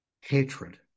hatred